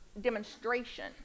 demonstration